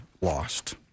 lost